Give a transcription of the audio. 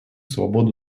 свободу